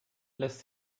lässt